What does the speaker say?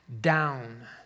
down